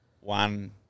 one